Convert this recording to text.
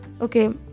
okay